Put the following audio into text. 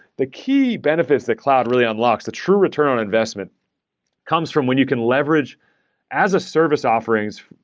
the key benefits that cloud really unlocks, the true return on investment comes from when you can leverage as a service offerings,